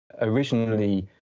Originally